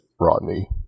Rodney